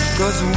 cause